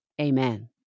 Amen